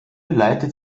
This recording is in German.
leitet